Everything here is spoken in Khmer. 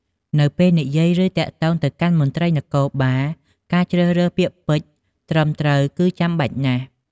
នៅពេលនិយាយ ឬទាក់ទងទៅកាន់មន្ត្រីនគរបាល ការជ្រើសរើសពាក្យពេចន៍ត្រឹមត្រូវគឺចាំបាច់ណាស់។